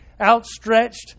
outstretched